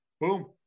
Boom